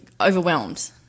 overwhelmed